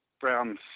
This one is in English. brown